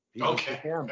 Okay